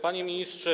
Panie Ministrze!